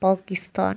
Pakistan